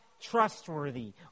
trustworthy